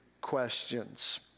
questions